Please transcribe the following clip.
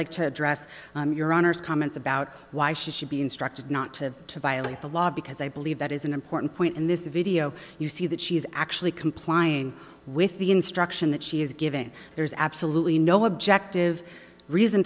like to address your honor's comments about why she should be instructed not to violate the law because i believe that is an important point in this video you see that she is actually complying with the instruction that she is giving there is absolutely no objective reason